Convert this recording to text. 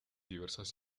diversas